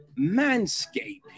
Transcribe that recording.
Manscaping